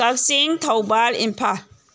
ꯀꯥꯛꯆꯤꯡ ꯊꯧꯕꯥꯜ ꯏꯝꯐꯥꯜ